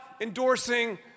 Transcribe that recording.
endorsing